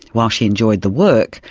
while she enjoyed the work,